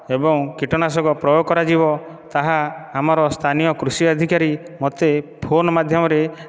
ଏବଂ କୀଟନାଶକ ପ୍ରୋୟାଗ କରାଯିବ ତାହା ଆମର ସ୍ଥାନୀୟ କୃଷି ଅଧିକାରୀ ମୋତେ ଫୋନ୍ ମାଧ୍ୟମରେ